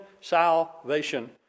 salvation